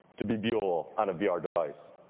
to be viewable on a vr device.